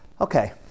okay